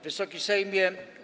Wysoki Sejmie!